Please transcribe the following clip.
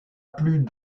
plus